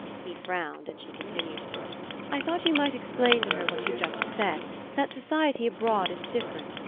he frowned, and she continued i thought you might explain to her what you've just said that society abroad is different.